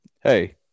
hey